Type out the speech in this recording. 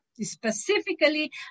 specifically